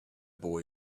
boy